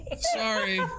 sorry